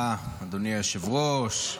היושב-ראש.